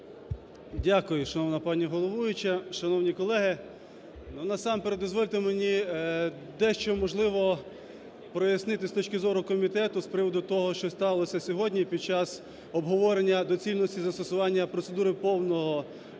Дякую, шановна пані головуюча. Шановні колеги, ну насамперед дозвольте мені дещо, можливо, прояснити з точки зору комітету з приводу того, що сталося сьогодні під час обговорення доцільності застосування процедури повного розгляду